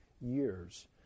years